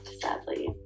sadly